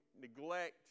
neglect